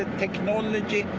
and technology,